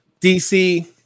dc